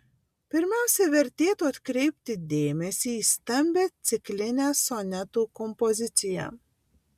pirmiausia vertėtų atkreipti dėmesį į stambią ciklinę sonetų kompoziciją